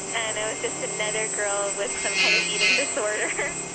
and i was just another girl with some kind of eating disorder.